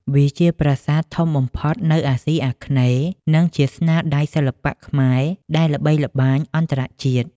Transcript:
វាជាប្រាសាទធំបំផុតនៅអាស៊ីអាគ្នេយ៍ និងជាស្នាដៃសិល្បៈខ្មែរដែលល្បីល្បាញអន្តរជាតិ។